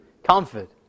Comfort